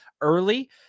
early